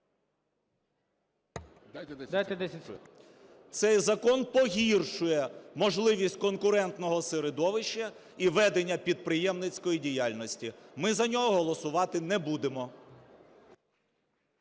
С.В. Цей закон погіршує можливість конкурентного середовища і ведення підприємницької діяльності. Ми за нього голосувати не будемо.